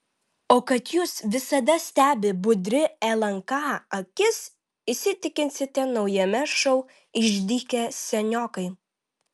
o kad jus visada stebi budri lnk akis įsitikinsite naujame šou išdykę seniokai